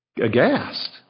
aghast